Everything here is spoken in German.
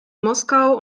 moskau